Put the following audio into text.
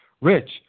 Rich